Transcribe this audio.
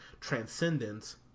Transcendence